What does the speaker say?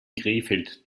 krefeld